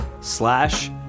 slash